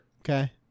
Okay